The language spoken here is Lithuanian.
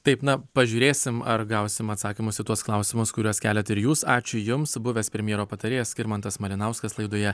taip na pažiūrėsim ar gausim atsakymus į tuos klausimus kuriuos keliat ir jūs ačiū jums buvęs premjero patarėjas skirmantas malinauskas laidoje